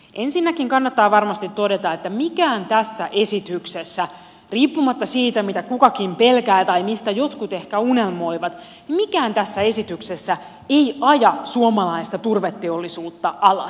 ensinnäkin kannattaa varmasti todeta että mikään tässä esityksessä riippumatta siitä mitä kukakin pelkää tai mistä jotkut ehkä unelmoivat ei aja suomalaista turveteollisuutta alas